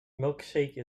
milkshake